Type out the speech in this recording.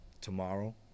tomorrow